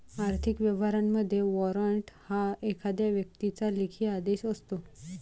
आर्थिक व्यवहारांमध्ये, वॉरंट हा एखाद्या व्यक्तीचा लेखी आदेश असतो